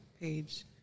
page